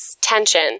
tension